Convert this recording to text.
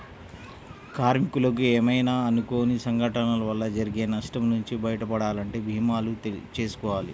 కార్మికులకు ఏమైనా అనుకోని సంఘటనల వల్ల జరిగే నష్టం నుంచి బయటపడాలంటే భీమాలు చేసుకోవాలి